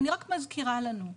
אני רק מזכירה לנו,